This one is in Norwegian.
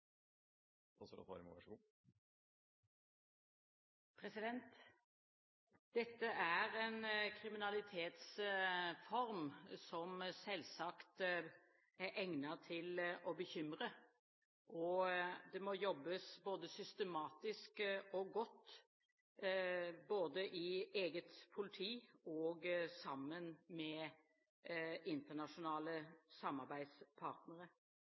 Dette er en kriminalitetsform som selvsagt er egnet til å bekymre, og det må jobbes både systematisk og godt både i eget politi og sammen med internasjonale samarbeidspartnere.